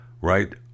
right